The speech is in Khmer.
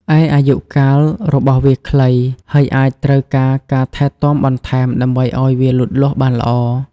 ឯអាយុកាលរបស់វាខ្លី ហើយអាចត្រូវការការថែទាំបន្ថែមដើម្បីឲ្យវាលូតលាស់បានល្អ។